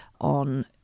on